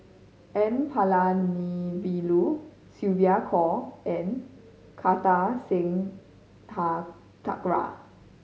N Palanivelu Sylvia Kho and Kartar Singh Thakral